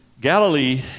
Galilee